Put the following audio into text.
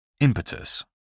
Impetus